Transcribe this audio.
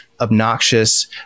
obnoxious